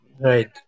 Right